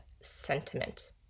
sentiment